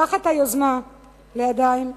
קח את היוזמה לידיים,